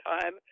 time